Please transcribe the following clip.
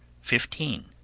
Fifteen